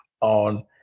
on